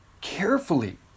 carefully